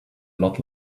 lot